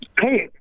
Hey